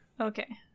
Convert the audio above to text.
Okay